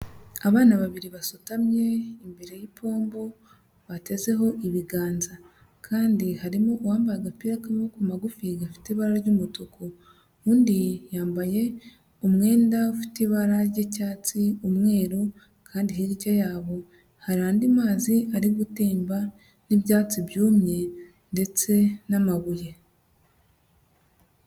Abana babiri basutamye imbere y'ipombo, batezeho ibiganza kandi harimo uwambaye agapira k'amaboko magufi gafite ibara ry'umutuku. Undi yambaye umwenda ufite ibara ry'icyatsi n'umweru kandi hirya yabo hari andi mazi ari gutemba n'ibyatsi byumye ndetse n'amabuye.